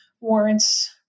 warrants